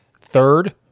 Third